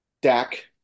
Dak